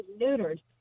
neutered